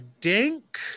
dink